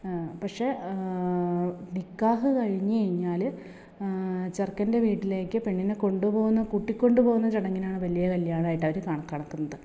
പക്ഷേ നിക്കാഹ് കഴിഞ്ഞ് കഴിഞ്ഞാൽ ചെറുക്കൻ്റെ വീട്ടിലേക്ക് പെണ്ണിനെ കൊണ്ട് പോകുന്ന കൂട്ടി കൊണ്ട് പോകുന്ന ചടങ്ങിനാണ് വലിയ കല്യാണമായിട്ട് അവർ കണക്കാക്കുന്നത്